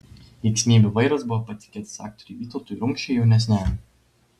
linksmybių vairas buvo patikėtas aktoriui vytautui rumšui jaunesniajam